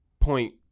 point